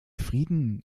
frieden